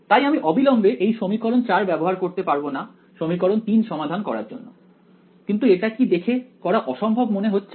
তাই আমি অবিলম্বে এই সমীকরণ 4 ব্যবহার করতে পারব না সমীকরণ 3 সমাধান করার জন্য কিন্তু এটা কি দেখে করা অসম্ভব মনে হচ্ছে